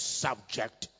subject